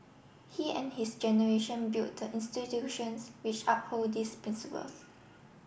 he and his generation built the institutions which uphold these principles